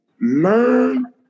learn